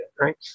right